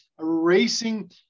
erasing